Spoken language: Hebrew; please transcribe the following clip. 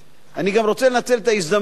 אני גם רוצה לנצל את ההזדמנות הזאת